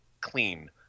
clean